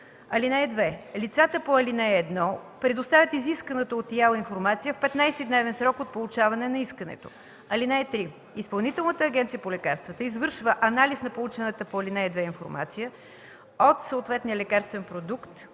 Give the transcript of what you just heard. (2) Лицата по ал. 1 предоставят изисканата от ИАЛ информация в 15-дневен срок от получаване на искането. (3) Изпълнителната агенция по лекарствата извършва анализ на получената по ал. 2 информация за съответния лекарствен продукт,